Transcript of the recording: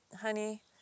honey